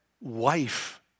wife